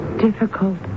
Difficult